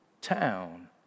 town